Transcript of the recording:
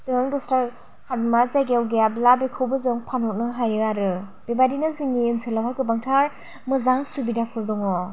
जों दस्रा हात मा जायगायाव गैयाब्ला बेखौबो जों फानहरनो हायो आरो बेबायदिनो जोंनि ओनसोलावहाय गोबांथार मोजां सुबिदाफोर दङ